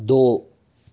दो